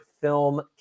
film